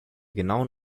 genauen